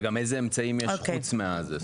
וגם איזה אמצעים יש חוץ מזה?